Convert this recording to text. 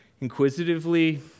inquisitively